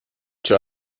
چرا